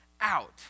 out